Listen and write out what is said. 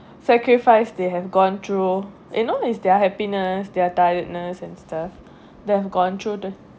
sacrifice they have gone through you know is their happiness their tiredness and stuff they have gone through the